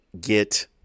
get